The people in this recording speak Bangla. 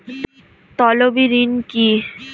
তলবি ঋণ কি?